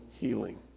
healing